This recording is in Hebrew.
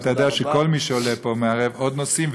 אבל אתה יודע שכל מי שעולה פה מעלה עוד נושאים,